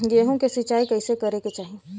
गेहूँ के सिंचाई कइसे करे के चाही?